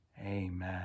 amen